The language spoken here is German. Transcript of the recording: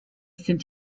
sind